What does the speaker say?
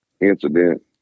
incident